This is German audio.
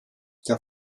der